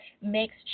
makes